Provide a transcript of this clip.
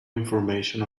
information